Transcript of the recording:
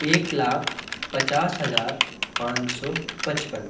एक लाख पचास हजार पाँच सौ पचपन